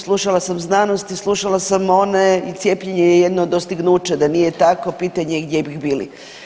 Slušala sam znanost i slušala sam one i cijepljenje je jedno od dostignuća, da nije tako pitanje je gdje bi bili.